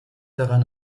daran